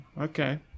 Okay